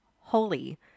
holy